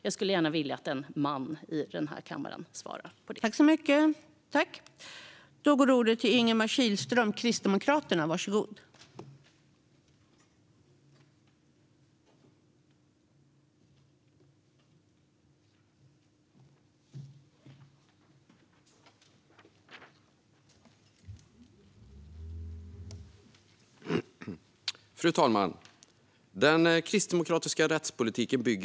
Jag vill gärna att en man här i kammaren svarar på det.